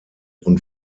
und